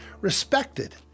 respected